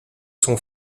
son